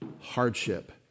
hardship